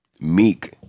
Meek